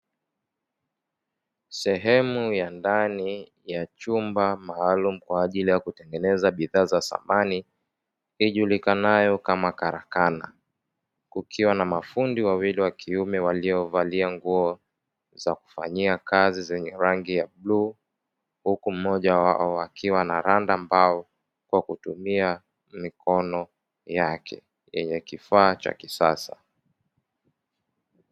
Sehemu ya ndani ya chumba maalumu kwa ajili ya kutengeneza bidhaa za samani ijulikanayo kama karakana, kukiwa na mafundi wawili wa kiume waliovalia nguo za kufanyia kazi zenye rangi ya bluu huku mmoja wao akiwa anaranda mbao kwa kutumia mikono yake yenye kifaa cha kisasa.